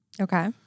okay